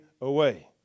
away